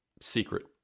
secret